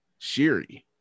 Shiri